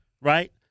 Right